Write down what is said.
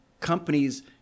companies